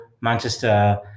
Manchester